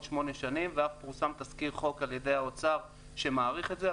שמונה שנים ואף פורסם תזכיר חוק על-ידי האוצר שמאריך את זה.